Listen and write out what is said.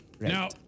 Now